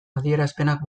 adierazpenak